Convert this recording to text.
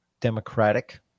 Democratic